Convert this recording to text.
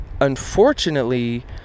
unfortunately